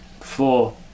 four